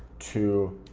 to